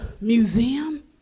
museum